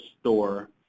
store